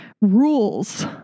Rules